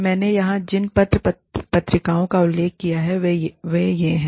मैंने यहाँ जिन पत्र पत्रिकाओं का उल्लेख किया है वे ये हैं